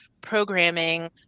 programming